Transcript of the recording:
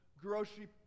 grocery